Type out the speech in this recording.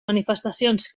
manifestacions